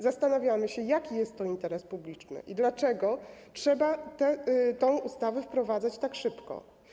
Zastanawiamy się, jaki jest to interes publiczny i dlaczego trzeba tę ustawę wprowadzać tak szybko.